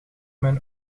mijn